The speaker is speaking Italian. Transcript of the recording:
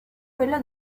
quello